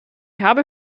habe